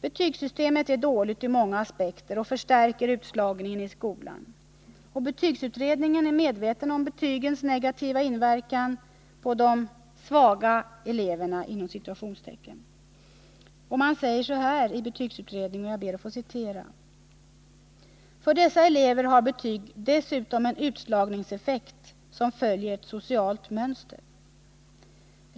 Betygssystemet är dåligt ur många aspekter och förstärker utslagningen i skolan. Betygsutredningen är medveten om betygens negativa inverkan på de ”svaga eleverna”. Utredningen sade: ”För dessa elever har betyg dessutom en utslagningseffekt som följer ett socialt mönster.